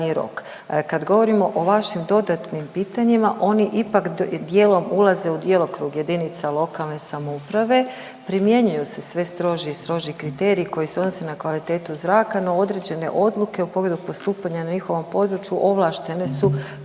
Kad govorimo o vašim dodatnim pitanjima oni ipak dijelom ulaze u djelokrug jedinica lokalne samouprave, primjenjuju se sve strožiji i stroži kriteriji koji se odnose na kvalitetu zraka, no određene odluke u pogledu postupanja na njihovom području ovlaštene su